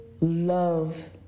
love